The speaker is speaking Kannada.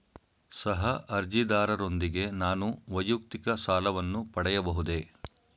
ಸಹ ಅರ್ಜಿದಾರರೊಂದಿಗೆ ನಾನು ವೈಯಕ್ತಿಕ ಸಾಲವನ್ನು ಪಡೆಯಬಹುದೇ?